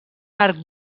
arc